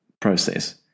process